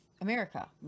America